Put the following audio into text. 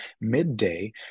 midday